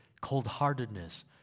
cold-heartedness